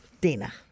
Dina